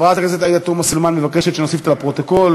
חברת הכנסת עאידה תומא סלימאן מבקשת שנוסיף אותה לפרוטוקול.